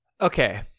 Okay